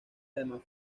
además